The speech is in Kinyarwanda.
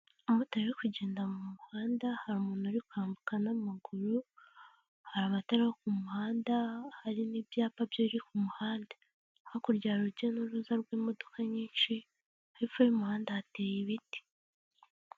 Umumotari uri kugenda mu muhanda, hari umuntu uri kwambuka n'amaguru, hari amatara yo ku muhanda, hari n'ibyapa biri ku muhanda, hakurya urujya n'uruza rw'imodoka nyinshi, hepfo y'umuhanda hateye ibiti.